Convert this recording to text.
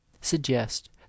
suggest